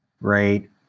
right